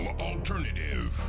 alternative